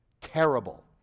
terrible